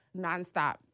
nonstop